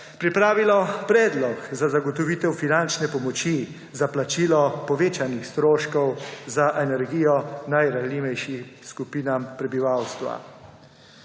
pripravilo predlog za zagotovitev finančne pomoči za plačilo povečanih stroškov za energijo najranljivejšim skupinam prebivalstva.